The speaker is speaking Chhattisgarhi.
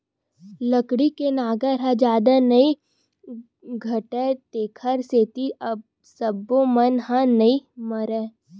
लकड़ी के नांगर ह जादा नइ गड़य तेखर सेती सब्बो बन ह नइ मरय